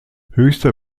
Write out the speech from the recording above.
höchster